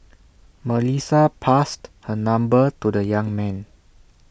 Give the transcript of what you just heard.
Melissa passed her number to the young man